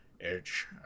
Edge